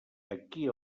ací